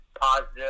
positive